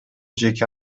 жеке